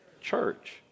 Church